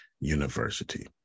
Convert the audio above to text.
University